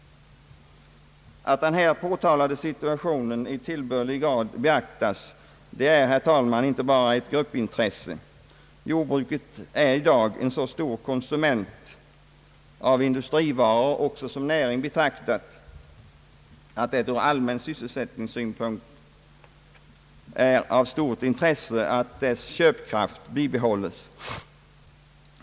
Att den här påtalade situationen i tillbörlig grad beaktas är, herr talman, inte bara ett gruppintresse. Jordbruket är i dag en så stor konsument av industrivaror också som näring betraktad, att det ur allmän sysselsättningssynpunkt är av stort intresse att dess köpkraft bibehålls.